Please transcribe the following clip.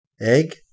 Egg